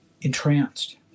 entranced